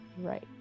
Right